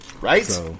Right